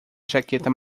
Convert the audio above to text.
jaqueta